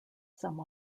some